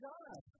God